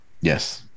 Yes